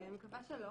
אני מקווה שלא.